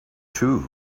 too